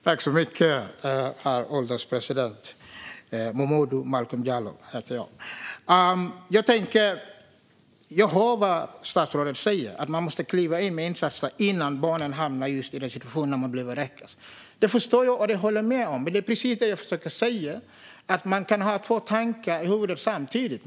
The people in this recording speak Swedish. Herr ålderspresident! Jag hör vad statsrådet säger om att man måste kliva in med insatser innan barnen hamnar i en vräkning, och jag håller med henne. Det är precis detta jag försöker säga med att man kan ha två tankar i huvudet samtidigt.